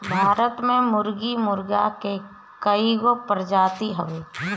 भारत में मुर्गी मुर्गा के कइगो प्रजाति हवे